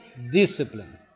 Discipline